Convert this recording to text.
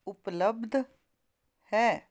ਉਪਲੱਬਧ ਹੈ